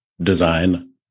design